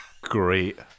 great